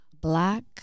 black